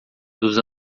dos